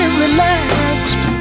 relaxed